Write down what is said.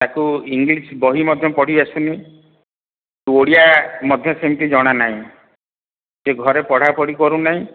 ତାକୁ ଇଂଲିଶ ବହି ମଧ୍ୟ ପଢ଼ି ଆସୁନି ଓଡ଼ିଆ ମଧ୍ୟ ସେମିତି ଜଣାନାହିଁ ଘରେ ପଢ଼ାପଢ଼ି କରୁନାହିଁ